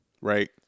right